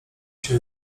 się